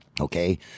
Okay